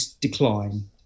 decline